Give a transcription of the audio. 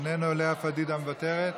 איננו, לאה פדידה, מוותרת,